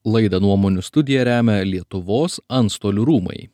laidą nuomonių studija remia lietuvos antstolių rūmai